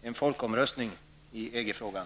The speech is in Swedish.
med en folkomröstning i EG-frågan.